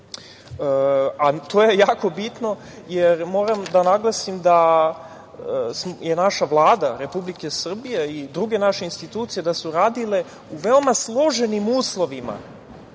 a to je jako bitno, jer moram da naglasim da je naša Vlada Republike Srbije i druge naše institucije, da su radile u veoma složenim uslovima